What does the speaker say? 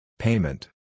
Payment